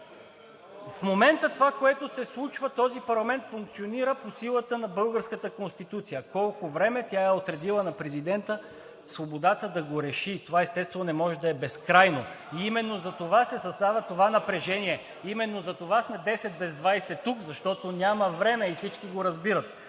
В момента това, което се случва – този парламент функционира по-силата на българската Конституция, колко време тя е отредила на президента и свободата му да реши. Това, естествено, не може да е безкрайно и именно затова се съставя това напрежение. Именно затова сме тук в 10 без 20, защото няма време и всички го разбират.